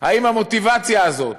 האם המוטיבציה הזאת,